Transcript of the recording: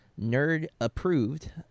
nerd-approved